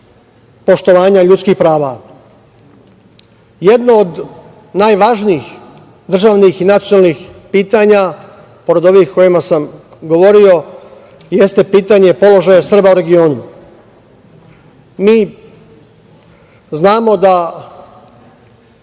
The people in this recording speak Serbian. poštovanja ljudskih prava. Jedno od najvažnijih državnih i nacionalnih pitanja, pored ovih o kojima sam govorio, jeste pitanje položaja Srba u regionu. Mi znamo da